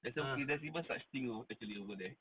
there's even such thing know actually over there